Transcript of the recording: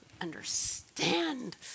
understand